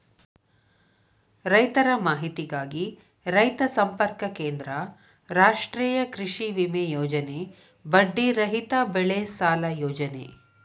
ರೈತರ ಮಾಹಿತಿಗಾಗಿ ರೈತ ಸಂಪರ್ಕ ಕೇಂದ್ರ, ರಾಷ್ಟ್ರೇಯ ಕೃಷಿವಿಮೆ ಯೋಜನೆ, ಬಡ್ಡಿ ರಹಿತ ಬೆಳೆಸಾಲ ಯೋಜನೆ